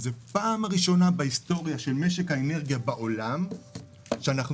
זו הפעם הראשונה בהיסטוריה של משק האנרגיה בעולם שאנחנו